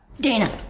Dana